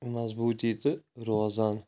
مضبوٗطی تہ روزان